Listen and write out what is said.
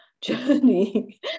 journey